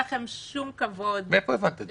-- אין לכם שום כבוד למסורת